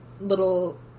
little